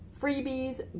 freebies